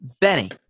Benny